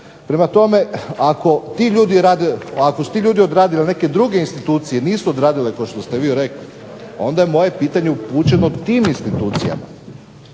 Prema tome, ako su ti ljudi odradili, neke druge institucije nisu odradile kao što ste vi rekli, onda je moje pitanje upućeno tim institucijama,